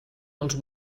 els